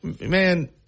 man—